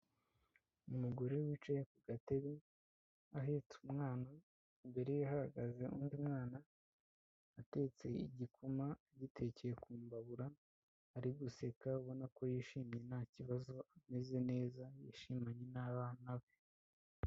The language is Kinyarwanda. Umugore wicaye ku gatebe ahetse umwana, imbere ye hahagaze undi mwana, atetse igikoma, agitekeye ku mbabura, ari guseka, ubona ko yishimye ntakibazo, ameze neza yishimanye n'abana be.